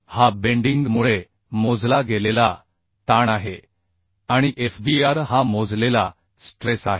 हा बेंडिंग मुळे मोजला गेलेला ताण आहे आणि fbr हा मोजलेला स्ट्रेस आहे